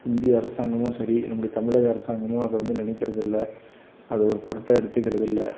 இந்திய அரசாங்கமும் சரி நம்முடைய தமிழக அரசாங்கமும் அதை வந்து நினைக்கிறது இல்லை அதை ஒரு பொருட்டாக எடுத்துக்கிறது இல்லை